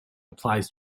applies